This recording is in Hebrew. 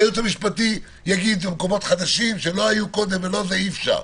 הוא יגיד שאלה מקומות חדשים שלא היו קודם ואי אפשר.